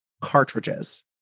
cartridges